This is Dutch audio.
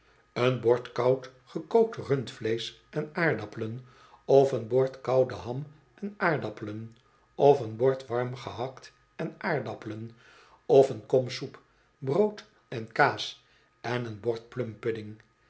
een bord koud gekookt rundvleesch en aardappelen of een bord koude ham en aardappelen of een bord warm gehakt en aardappelen of een kom soep brood en kaas en een bord